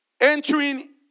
Entering